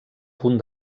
punt